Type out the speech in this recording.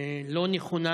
לא נכונה.